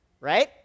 right